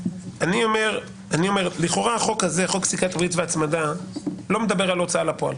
--- לכאורה חוק פסיקת ריבית והצמדה לא מדבר על ההוצאה לפעול,